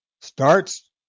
starts